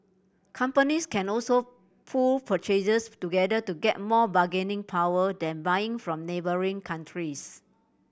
companies can also pool purchases together to get more bargaining power then buying from neighbouring countries